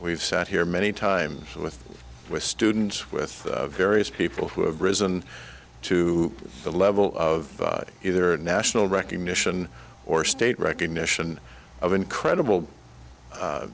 we've sat here many times with students with various people who have risen to the level of either national recognition or state recognition of incredible